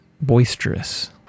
boisterous